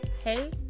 Hey